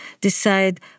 decide